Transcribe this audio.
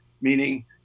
meaning